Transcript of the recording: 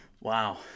Wow